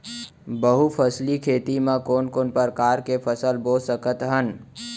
बहुफसली खेती मा कोन कोन प्रकार के फसल बो सकत हन?